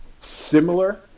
similar